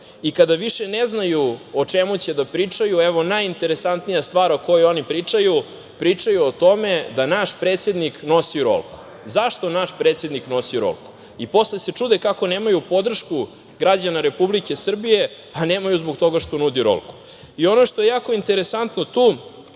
I kada više ne znaju o čemu će da pričaju, evo, najinteresantnija stvar o kojoj oni pričaju, pričaju o tome da naš predsednik nosi rolku, zašto naš predsednik nosi rolku. I posle se čude kako nemaju podršku građana Republike Srbije. Pa nemaju zbog toga što nudi rolku. Ono što je jako interesantno tu